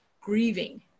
grieving